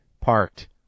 parked